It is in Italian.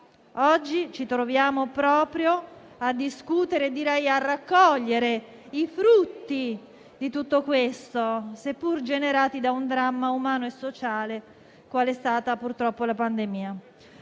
Oggi ci troviamo a discutere e direi a raccogliere i frutti di tutto questo, seppur generati da un dramma umano e sociale qual è stato purtroppo la pandemia.